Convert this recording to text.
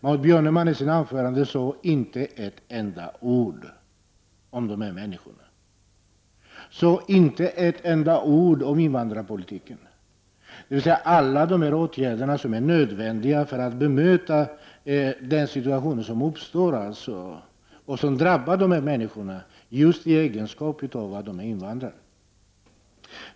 Maud Björnemalm sade i sitt anförande inte enda ord om dessa människor. Hon sade inte ett enda ord om invandrarpolitiken, dvs. alla de åtgärder som är nödvändiga för att bemöta den situation som uppstår och som drabbar dessa människor just i egenskap av invandrare.